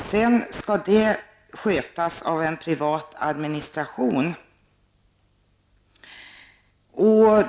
Sedan skall det hela skötas av en privat administration.